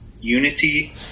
unity